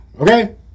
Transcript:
Okay